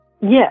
Yes